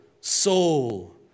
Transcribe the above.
soul